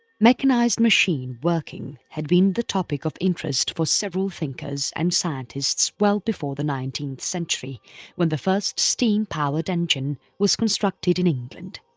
mechanised machine working had been the topic of interest for several thinkers and scientists well before the nineteenth century when the first steam powered engine was constructed in england.